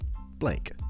blank